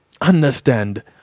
understand